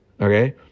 Okay